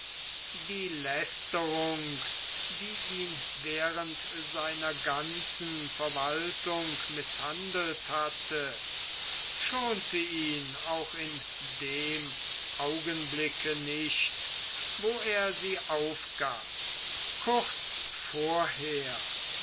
die lästerung die ihn während seiner ganzen verwaltung mißhandelt hatte schonte ihn auch in dem augenblicke nicht wo er sie aufgab kurz vorher